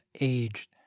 aged